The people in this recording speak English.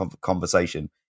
conversation